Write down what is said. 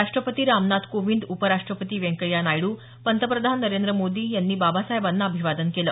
राष्ट्रपती रामनाथ कोविंद उपराष्ट्रपती व्यंकय्या नायडू पंतप्रधान नरेंद्र मोदी यांनी बाबासाहेबांना अभिवादन केलं